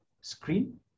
screen